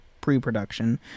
pre-production